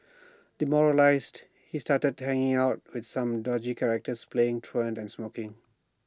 demoralised he started hanging out with some dodgy characters playing truant and smoking